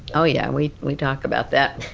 oh yeah, we we talk about that.